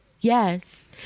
yes